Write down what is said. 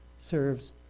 serves